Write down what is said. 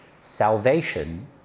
salvation